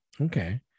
Okay